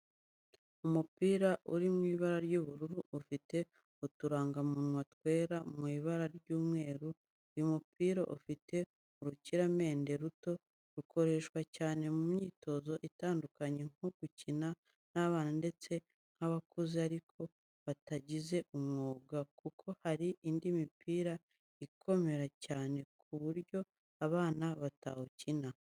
Umupira uri mu ibara ry'ubururu. Ufite uturangamunwa twera mu ibara ry'umweru. Uyu mupira ufite urukiramende ruto, koreshwa cyane mu myitozo itandukanye, nko gukina n’abana ndetse nk'abakuze ariko batabigize umwuga kuko hari indi mipira ikomera cyane ku buryo abana batawukina.